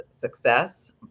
success